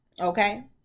okay